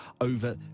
over